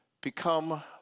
become